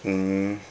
mmhmm